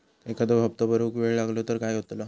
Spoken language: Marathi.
एखादो हप्तो भरुक वेळ लागलो तर काय होतला?